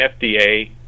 FDA